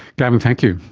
gavin, thank you.